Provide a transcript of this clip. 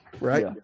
Right